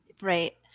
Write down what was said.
right